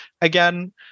again